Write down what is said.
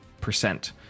percent